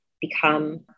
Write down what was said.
become